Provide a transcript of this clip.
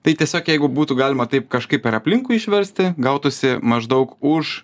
tai tiesiog jeigu būtų galima taip kažkaip per aplinkui išversti gautųsi maždaug už